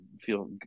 feel